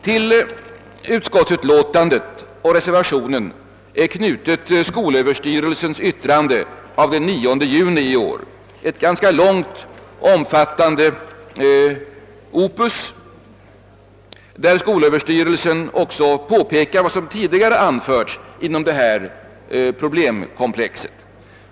Till utskottsutlåtandet och reservationen är fogat ett yttrande av skolöverstyrelsen av den 9 juni i år, ett ganska omfattande opus, där skolöverstyrelsen påpekar vad som tidigare anförts inom detta problemkomplex.